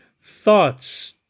thoughts